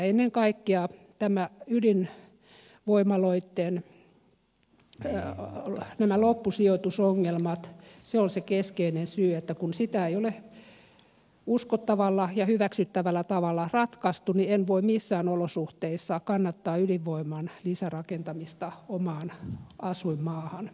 ennen kaikkea ydinjätteen loppusijoitusongelmat se että sitä ei ole uskottavalla ja hyväksyttävällä tavalla ratkaistu on se keskeinen syy miksi en voi missään olosuhteissa kannattaa ydinvoiman lisärakentamista omaan asuinmaahani